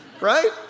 right